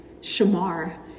Shamar